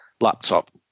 laptop